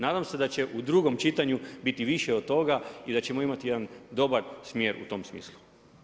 Nadam se da će u drugom čitanju biti više od toga i da ćemo imati jedan dobar smjer u tom smislu.